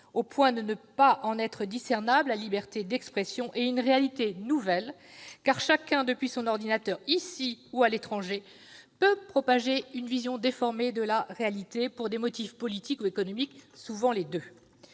au point de ne pas en être discernable, la liberté d'expression, et une réalité nouvelle, car chacun, depuis son ordinateur, ici ou à l'étranger, peutpropager une vision déformée de la réalité pour des motifs politiques ou économiques-souvent les deux.